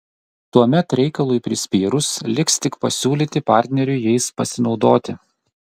tuomet reikalui prispyrus liks tik pasiūlyti partneriui jais pasinaudoti